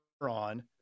on